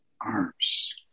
arms